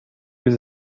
was